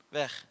weg